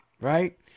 Right